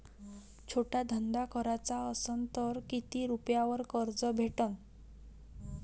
छोटा धंदा कराचा असन तर किती रुप्यावर कर्ज भेटन?